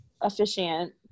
officiant